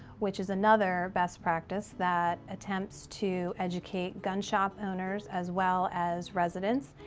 which is another best practice that attempts to educate gun shop owners as well as residents.